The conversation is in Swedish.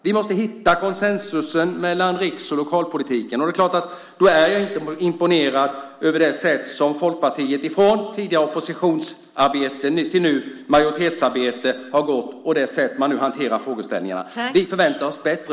Ni måste hitta konsensus mellan riks och lokalpolitiken. Det är klart: Då är jag inte imponerad över det sätt som Folkpartiet har gått från tidigare oppositionsarbete till nuvarande majoritetsarbete och det sätt man nu hanterar frågeställningarna på. Vi förväntar oss bättre.